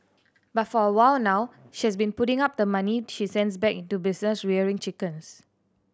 but for a while now she has been putting up the money she sends back into business rearing chickens